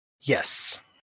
Yes